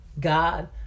God